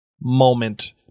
moment